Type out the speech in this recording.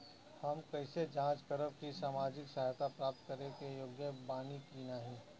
हम कइसे जांच करब कि सामाजिक सहायता प्राप्त करे के योग्य बानी की नाहीं?